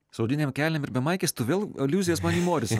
su odinėm kelnėm ir be maikės tu vėl aliuzijas į morisą